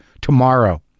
Tomorrow